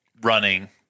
running